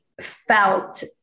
felt